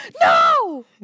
No